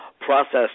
processed